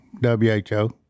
W-H-O